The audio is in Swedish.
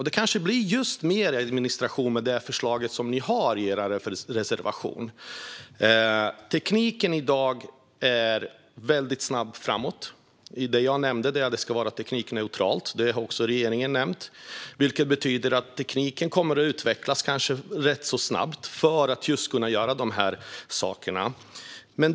Det kanske blir mer administration med det förslag som ni har i er reservation. Tekniken är i dag mycket snabbt på väg framåt. Jag nämnde att det ska vara teknikneutralt, vilket också regeringen har nämnt. Det betyder att tekniken kanske kommer att utvecklas rätt så snabbt för att dessa saker ska kunna göras.